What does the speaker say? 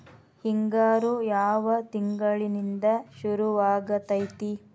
ಹಿಂಗಾರು ಯಾವ ತಿಂಗಳಿನಿಂದ ಶುರುವಾಗತೈತಿ?